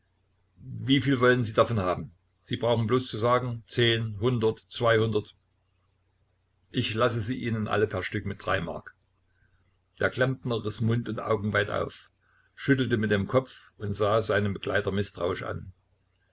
wieviel wollen sie davon haben sie brauchen bloß zu sagen zehn hundert zweihundert ich lasse sie ihnen alle per stück mit drei mark der klempner riß mund und augen weit auf schüttelte mit dem kopf und sah seinen begleiter mißtrauisch an